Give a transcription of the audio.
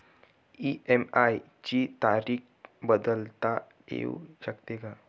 EMI ची तारीख बदलता येऊ शकते का?